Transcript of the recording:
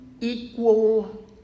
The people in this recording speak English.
equal